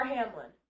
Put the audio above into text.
Hamlin